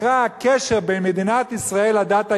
שנקרא הקשר בין מדינת ישראל לדת היהודית,